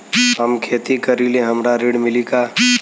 हम खेती करीले हमरा ऋण मिली का?